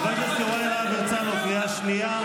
חבר הכנסת יוראי להב הרצנו, קריאה שנייה.